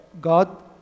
God